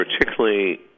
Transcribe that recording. particularly